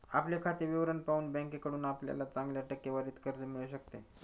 आपले खाते विवरण पाहून बँकेकडून आपल्याला चांगल्या टक्केवारीत कर्ज मिळू शकते